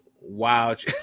wild